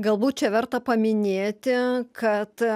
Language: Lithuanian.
galbūt čia verta paminėti kad